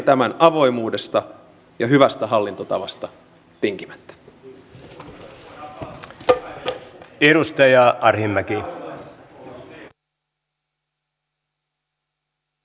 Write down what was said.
poliisimäärä uhkaa näin laskea nykyisestä jopa miltei tuhannella poliisilla